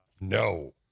No